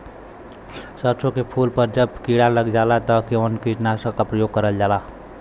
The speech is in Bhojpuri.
सरसो के फूल पर जब किड़ा लग जाला त कवन कीटनाशक क प्रयोग करल जाला?